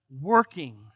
working